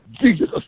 Jesus